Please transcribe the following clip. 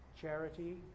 charity